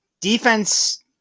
defense